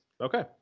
Okay